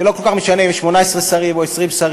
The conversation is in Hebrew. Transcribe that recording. זה לא כל כך משנה אם יש 18 שרים או 20 שרים.